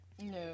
No